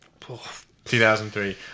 2003